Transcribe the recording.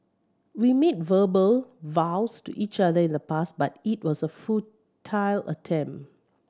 we made verbal vows to each other in the past but it was a futile attempt